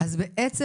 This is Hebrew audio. אז בעצם,